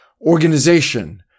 Organization